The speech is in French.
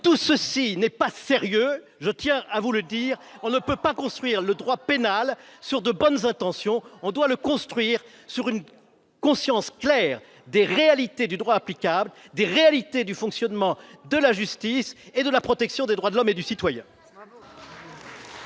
Tout cela n'est pas sérieux : je tiens à vous le dire ! On ne peut pas construire le droit pénal sur de bonnes intentions : on doit le construire sur une conscience claire des réalités du droit applicable, des réalités du fonctionnement de la justice et de la protection des droits de l'homme et du citoyen